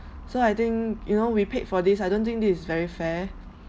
so I think you know we paid for this I don't think this is very fair